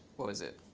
what was it?